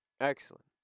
Excellent